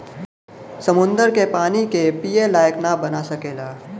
समुन्दर के पानी के पिए लायक ना बना सकेला